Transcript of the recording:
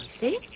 see